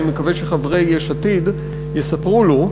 אני מקווה שחברי יש עתיד יספרו לו,